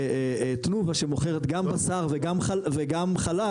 תנובה שמוכרת גם בשר וגם חלב,